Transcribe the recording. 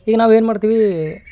ಈಗ ನಾವೇನು ಮಾಡ್ತೀವಿ